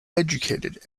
educated